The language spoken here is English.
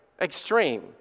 Extreme